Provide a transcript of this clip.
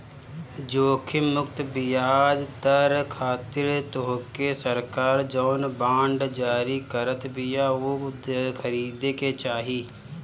जोखिम मुक्त बियाज दर खातिर तोहके सरकार जवन बांड जारी करत बिया उ खरीदे के चाही